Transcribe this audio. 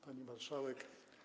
Pani Marszałek!